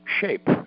shape